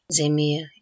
Zemir